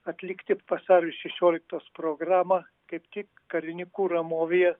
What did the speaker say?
atlikti vasario šešioliktos programą kaip tik karininkų ramovėje